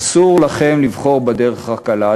אסור לכם לבחור בדרך קלה.